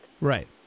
Right